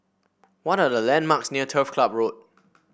what are the landmarks near Turf Club Road